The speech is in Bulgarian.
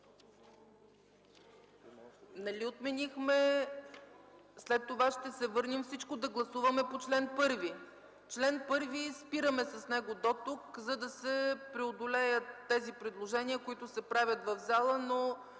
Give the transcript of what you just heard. отменихме... След това ще се върнем да гласуваме всичко по чл. 1. Член 1 – спираме с него дотук, за да се преодолеят тези предложения, които се правят в залата, но